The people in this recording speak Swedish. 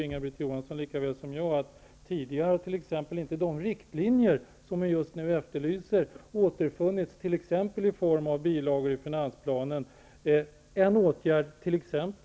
Inga-Britt Johansson vet lika väl som jag att t.ex. de riktlinjer som vi just nu efterlyser tidigare inte återfunnits exempelvis som bilagor till finansplanen. Det är en åtgärd t.ex.